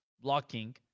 blocking